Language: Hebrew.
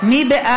של חבר